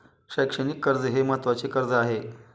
शैक्षणिक कर्ज हे महत्त्वाचे कर्ज आहे